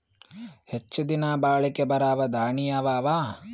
ಹೆಚ್ಚ ದಿನಾ ಬಾಳಿಕೆ ಬರಾವ ದಾಣಿಯಾವ ಅವಾ?